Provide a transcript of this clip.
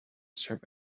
serve